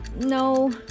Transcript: No